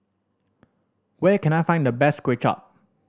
where can I find the best Kuay Chap